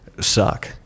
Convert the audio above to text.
suck